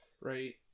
right